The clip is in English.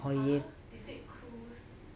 !huh! is it cruise